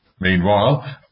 Meanwhile